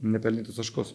nepelnytus taškus